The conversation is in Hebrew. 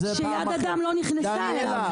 שיד אדם לא נכנסה אליו.